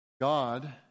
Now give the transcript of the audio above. God